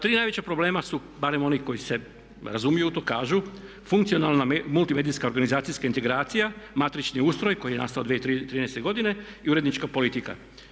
Tri najveća problema su, barem oni koji se razumiju u to kažu, funkcionalna multimedijska organizacijska integracija, matrični ustroj koji je nastao od 2013. godine i urednička politika.